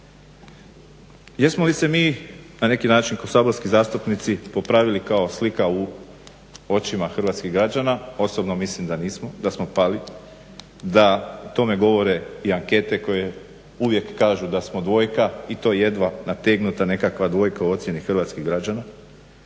Jesmo li se mi na neki način kao saborski zastupnici popravili kao slika u očima hrvatskih građana? Osobno mislim da nismo, da smo pali, da o tome govore i ankete koje uvijek kažu da smo dvojka i to jedva nategnuta nekakva dvojka u ocjeni hrvatskih građana.